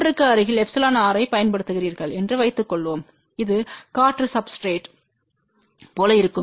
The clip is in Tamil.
1 க்கு அருகில்εrஐப் பயன்படுத்துகிறீர்கள் என்று வைத்துக்கொள்வோம்இது காற்று சப்ஸ்டிரேட்று போல இருக்கும்